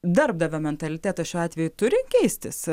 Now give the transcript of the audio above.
darbdavio mentalitetas šiuo atveju turi keistis